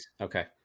okay